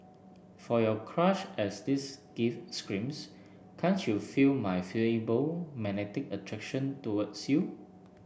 for your crush as this gift screams can't you feel my feeble magnetic attraction towards you